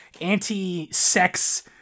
anti-sex